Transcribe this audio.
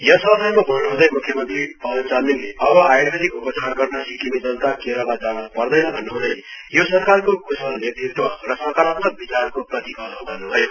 यस अवसरमा बोल्नु हुँदै मुख्यमन्त्री पवन चामलिङले अब आयुर्वेदिक उपचार गर्न सिक्किमे जनता केरला जान पर्दैन भन्नहँदै यो सरकारको क्शल नेतृत्व र सकारात्मक विचारको प्रतिफल हो भन्नुभयो